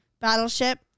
Battleship